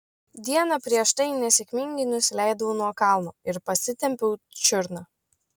dieną prieš tai nesėkmingai nusileidau nuo kalno ir pasitempiau čiurną